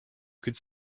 could